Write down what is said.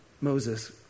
Moses